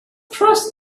crossed